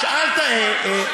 אתה אמרת שבועיים.